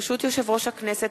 ברשות יושב-ראש הכנסת,